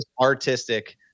artistic